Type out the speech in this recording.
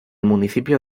municipio